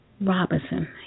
Robinson